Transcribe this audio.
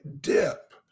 dip